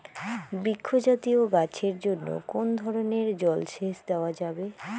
বৃক্ষ জাতীয় গাছের জন্য কোন ধরণের জল সেচ দেওয়া যাবে?